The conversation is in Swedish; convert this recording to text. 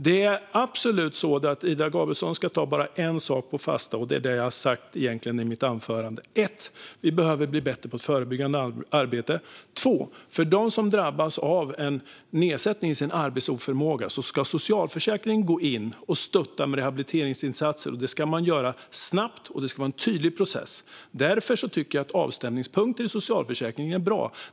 Det absolut enda som Ida Gabrielsson ska ta fasta på är det som jag sa i mitt anförande: För det första behöver vi bli bättre på förebyggande arbete. För det andra ska socialförsäkringen gå in och stötta med rehabiliteringsinsatser för dem som drabbas av en nedsättning av sin arbetsförmåga. Detta ska göras snabbt, och det ska vara en tydlig process. Därför tycker jag att avstämningspunkter i socialförsäkringen är bra.